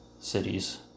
cities